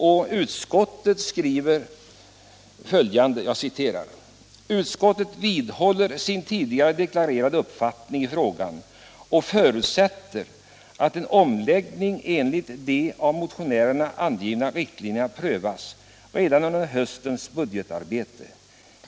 Och utskottet skriver följande: ”Utskottet vidhåller sin tidigare deklarerade uppfattning i frågan och förutsätter att en omläggning enligt de av motionärerna angivna riktlinjerna prövas redan under höstens budgetarbete.